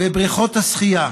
ובריכות השחייה,